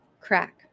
Crack